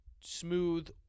smooth